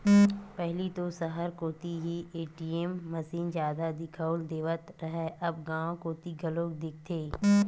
पहिली तो सहर कोती ही ए.टी.एम मसीन जादा दिखउल देवत रहय अब गांव कोती घलोक दिखथे